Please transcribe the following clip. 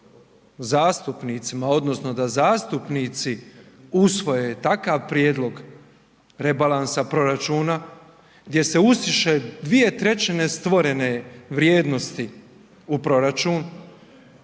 zastupnicima odnosno da zastupnici usvoje takav prijedlog rebalansa proračuna gdje se usiše 2/3 stvorene vrijednosti u proračun,